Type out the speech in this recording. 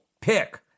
pick